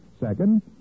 Second